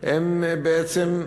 הם בעצם,